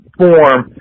form